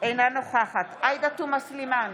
אינה נוכחת עאידה תומא סלימאן,